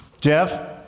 Jeff